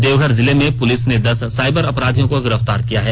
देवघर जिले में पुलिस ने दस साइबर अपराधियों को गिरफ़्तार किया है